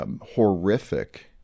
horrific